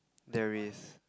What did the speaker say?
there is